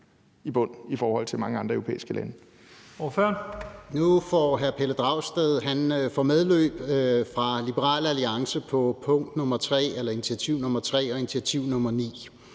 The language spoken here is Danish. i bund i forhold til mange andre europæiske lande?